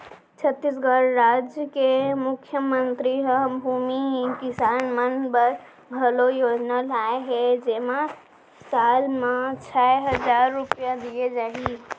छत्तीसगढ़ राज के मुख्यमंतरी ह भूमिहीन किसान मन बर घलौ योजना लाए हे जेमा साल म छै हजार रूपिया दिये जाही